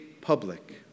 public